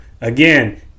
Again